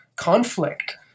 conflict